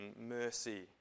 mercy